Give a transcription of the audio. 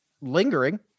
lingering